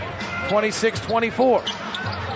26-24